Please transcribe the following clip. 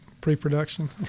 pre-production